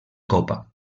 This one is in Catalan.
copa